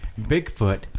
Bigfoot